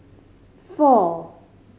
four